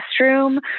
restroom